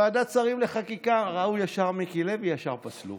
בוועדת שרים לחקיקה ראו מיקי לוי, ישר פסלו.